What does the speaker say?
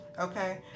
okay